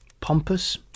pompous